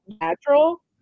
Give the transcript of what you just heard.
natural